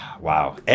Wow